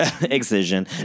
Excision